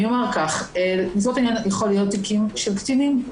אני אומר כך: חוסר עניין לציבור יכולים להיות תיקים של קטינים,